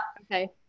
okay